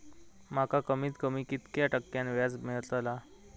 माका कमीत कमी कितक्या टक्क्यान व्याज मेलतला?